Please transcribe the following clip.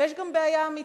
ויש גם בעיה אמיתית,